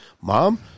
mom